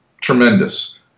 Tremendous